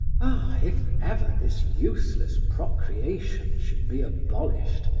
ah! if ever this useless procreation should be abolished,